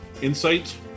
Insight